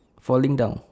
falling down